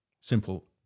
Simple